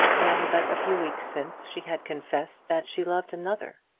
when, but a few weeks since, she had confessed that she loved another.